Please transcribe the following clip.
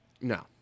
No